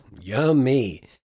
Yummy